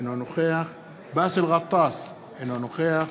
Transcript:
אינו נוכח באסל גטאס, אינו נוכח